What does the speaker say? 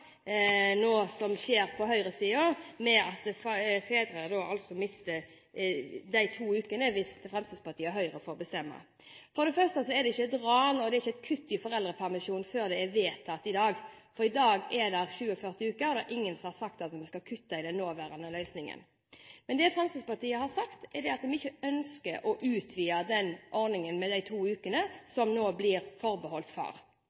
kutt i foreldrepermisjonen før det er vedtatt i dag, for i dag er den på 47 uker, og det er ingen som har sagt at man skal kutte i den nåværende løsningen. Men det Fremskrittspartiet har sagt, er at vi ikke ønsker å utvide den ordningen med de to ukene som nå blir forbeholdt far.